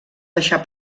deixar